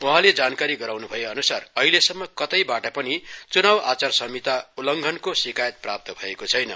वहाँले जानकारी गराए अनुसार अहिलेसम्म कतैबाट पनि चुनाव आचार संहिता उल्लघंनको सिकायत प्राप्त भएको छैन